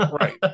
Right